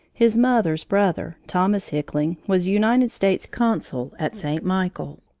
his mother's brother, thomas hickling, was united states consul at st. michael.